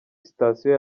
sitasiyo